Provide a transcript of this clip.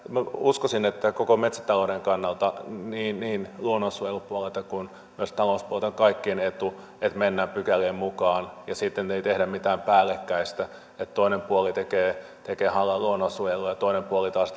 uskoisin että koko metsätalouden kannalta niin niin luonnonsuojelupuolelta kuin myös talouspuolelta on kaikkien etu että mennään pykälien mukaan ja ei tehdä mitään päällekkäistä että toinen puoli tekee tekee hallaa luonnonsuojelulle ja toinen puoli taas